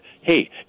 hey